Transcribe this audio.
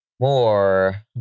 more